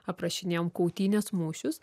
aprašinėjom kautynes mūšius